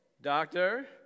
Doctor